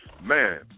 man